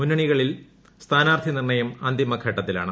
മുന്നണികളിൽ സ്ഥാനാർത്ഥി നിർണയം അന്തിമഘട്ടത്തിലാണ്